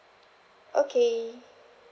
okay